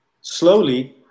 slowly